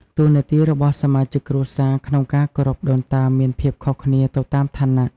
តួនាទីរបស់សមាជិកគ្រួសារក្នុងការគោរពដូនតាមានភាពខុសគ្នាទៅតាមឋានៈ។